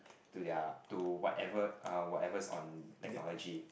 to their to whatever uh whatever is on technology